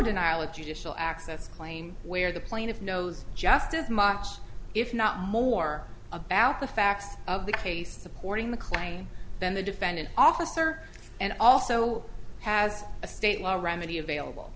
denial of judicial access claim where the plaintiff knows just as much if not more about the facts of the case supporting the claim than the defendant officer and also has a state law remedy available